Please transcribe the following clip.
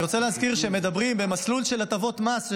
אני רוצה להזכיר שמדברים במסלול של הטבות מס,